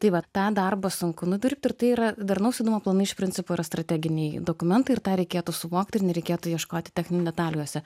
tai va tą darbą sunku nudirbt ir tai yra darnaus judumo planai iš principo yra strateginiai dokumentai ir tą reikėtų suvokti ir nereikėtų ieškoti techninių detalių jose